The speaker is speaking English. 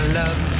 love